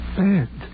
bed